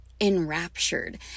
enraptured